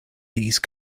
these